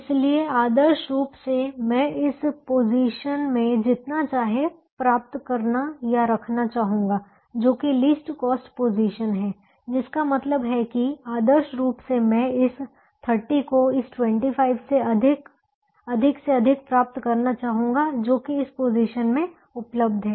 इसलिए आदर्श रूप से मैं इस पोजीशन में जितना चाहे प्राप्त करना या रखना चाहूंगा जो कि लीस्ट कॉस्ट पोजीशन है जिसका मतलब है कि आदर्श रूप से मैं इस 30 को इस 25 से अधिक से अधिक प्राप्त करना चाहूंगा जो कि इस पोजीशन में उपलब्ध है